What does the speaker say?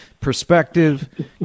Perspective